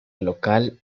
local